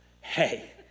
hey